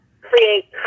create